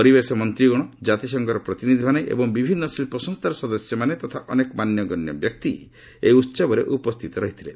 ପରିବେଶ ମନ୍ତ୍ରୀଗଣ ଜାତିସଂଘର ପ୍ରତିନିଧିମାନେ ଏବଂ ବିଭିନ୍ନ ଶିଳ୍ପ ସଂସ୍ଥାର ସଦସ୍ୟମାନେ ତଥା ଅନେକ ମାନ୍ୟଗଣ୍ୟ ବ୍ୟକ୍ତି ଏହି ଉତ୍ସବରେ ଉପସ୍ଥିତ ରହିବେ